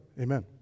Amen